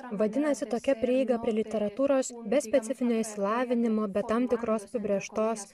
vadinasi tokia prieiga prie literatūros be specifinio išsilavinimo be tam tikros apibrėžtos